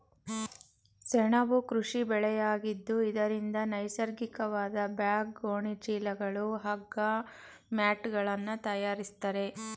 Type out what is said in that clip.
ಸೆಣಬು ಕೃಷಿ ಬೆಳೆಯಾಗಿದ್ದು ಇದರಿಂದ ನೈಸರ್ಗಿಕವಾದ ಬ್ಯಾಗ್, ಗೋಣಿ ಚೀಲಗಳು, ಹಗ್ಗ, ಮ್ಯಾಟ್ಗಳನ್ನು ತರಯಾರಿಸ್ತರೆ